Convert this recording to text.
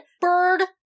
bird